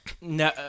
No